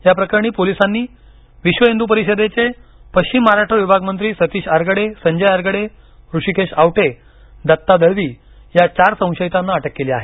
या प्रकरणी पोलीसांनी विश्व हिंदू परिषदेचे पश्चिम महाराष्ट्र विभाग मंत्री सतीश आरगडे संजय आरगडे ऋषिकेश आवटे दत्ता दळवी या चार संशयितांना अटक केली आहे